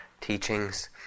teachings